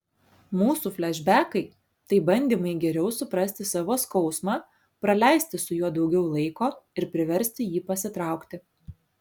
mūsų flešbekai tai bandymai geriau suprasti savo skausmą praleisti su juo daugiau laiko ir priversti jį pasitraukti